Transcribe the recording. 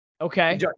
Okay